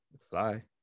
fly